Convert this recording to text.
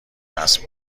رسم